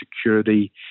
security